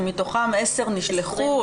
שמתוכן 10 נשלחו,